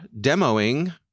demoing